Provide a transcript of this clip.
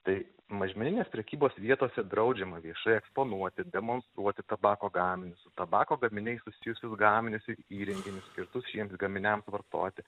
tai mažmeninės prekybos vietose draudžiama viešai eksponuoti demonstruoti tabako gaminius su tabako gaminiais susijusius gaminius ir įrenginius skirtus šiems gaminiams vartoti